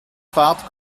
fahrt